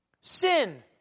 sin